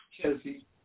Chelsea